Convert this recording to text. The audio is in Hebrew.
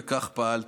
וכך פעלתי.